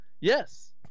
yes